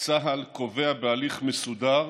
צה"ל קובע בהליך מסודר